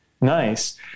Nice